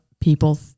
people